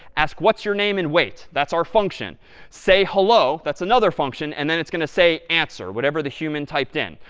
ask what's your name, and wait that's our function say hello that's another function and then it's going to say answer, whatever the human typed in.